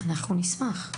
אנחנו נשמח.